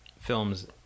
films